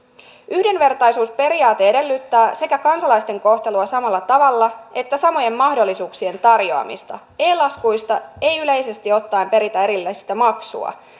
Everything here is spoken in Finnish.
yhdenvertaisuusperiaate edellyttää sekä kansalaisten kohtelua samalla tavalla että samojen mahdollisuuksien tarjoamista e laskuista ei yleisesti ottaen peritä erillistä maksua